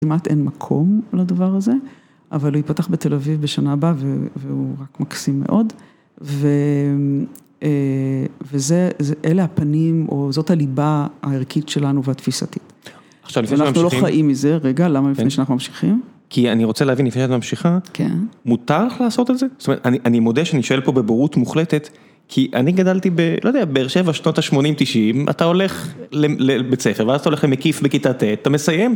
כמעט אין מקום לדבר הזה, אבל הוא יפתח בתל אביב בשנה הבאה והוא מקסים מאוד ואלה הפנים, או זאת הליבה הערכית שלנו והתפיסתית. עכשיו, לפני שאנחנו ממשיכים. אנחנו לא חיים מזה, רגע, למה לפני שאנחנו ממשיכים? כי אני רוצה להבין לפני שאת ממשיכה. כן. מותר לך לעשות את זה? זאת אומרת, אני מודה שאני שואל פה בבורות מוחלטת, כי אני גדלתי ב, לא יודעת, באר שבע שנות ה-80-90, אתה הולך לבית ספר ואז אתה הולך למקיף בכיתה ט', אתה מסיים.